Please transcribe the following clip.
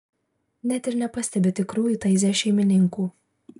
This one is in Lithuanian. net ir nepastebi tikrųjų taize šeimininkų